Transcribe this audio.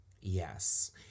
Yes